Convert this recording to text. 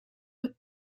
with